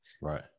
Right